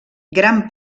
gran